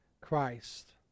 Christ